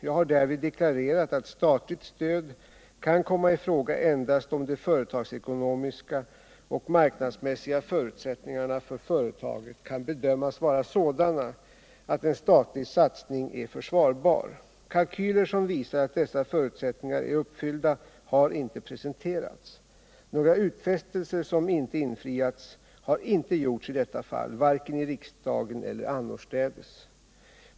Jag har därvid deklarerat att statligt stöd kan komma i fråga endast om de företagsekonomiska och marknadsmässiga förutsättningarna för företaget kan bedömas vara sådana att en statlig satsning är försvarbar. Kalkyler som visar att dessa förutsättningar är uppfyllda har inte presenterats. Några utfästelser som inte infriats har inte gjorts i detta fall, varken i riksdagen eller annorstädes.